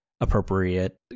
appropriate